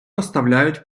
поставляють